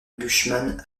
bushman